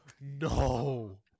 No